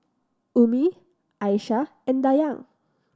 Ummi Aisyah and Dayang